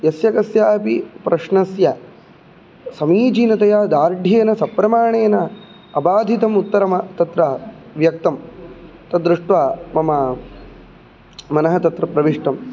यस्य कस्यापि प्रश्नस्य समीचीनतया दार्ढ्येन सप्रमाणेन अबाधितम् उत्तरं तत्र व्यक्तं तद्दृष्ट्वा मम मनः तत्र प्रविष्टं